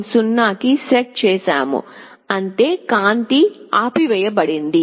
0 కి సెట్ చేసాము అంటే కాంతి ఆపివేయబడింది